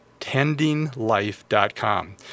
tendinglife.com